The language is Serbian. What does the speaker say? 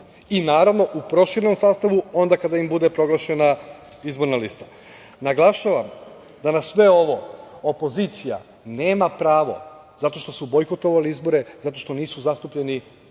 i naravno u proširenom sastavu onda kada im bude proglašena izborna lista. Naglašavam da na sve ovo opozicija nema pravo, zato što su bojkotovali izbore, zato što nisu zastupljeni